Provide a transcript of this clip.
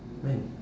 when